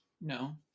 no